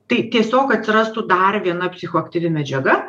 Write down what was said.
tai tiesiog atsirastų dar viena psichoaktyvi medžiaga